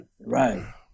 right